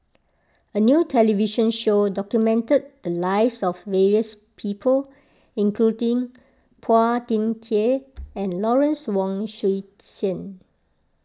a new television show documented the lives of various people including Phua Thin Kiay and Lawrence Wong Shyun Tsai